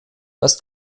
das